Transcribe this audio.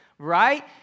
right